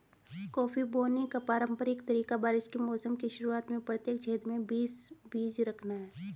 coffee बोने का पारंपरिक तरीका बारिश के मौसम की शुरुआत में प्रत्येक छेद में बीस बीज रखना है